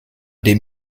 dem